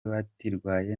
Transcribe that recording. baritwaye